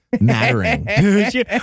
mattering